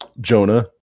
Jonah